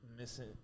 missing